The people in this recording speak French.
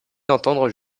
d’entendre